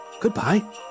goodbye